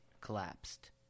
collapsed